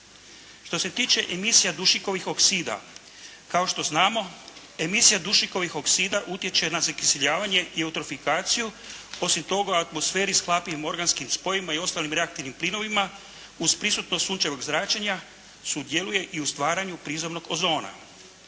Što se tiče emisija dušikovih oksida, kao što znamo emisija dušikovih oksida utječe na zakiseljavanje i utrofikaciju, osim toga atmosferi s hlapljivim organskim spojevima i ostalim reaktivnim plinovima uz prisutnost sunčevog zračenja sudjeluje i u stvaranju prizemnog ozona.